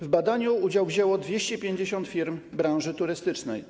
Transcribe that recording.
W badaniu udział wzięło 250 firm branży turystycznej.